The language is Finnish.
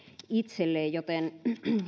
itselleen joten